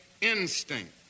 instinct